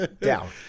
Down